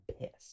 pissed